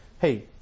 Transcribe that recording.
Hey